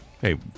hey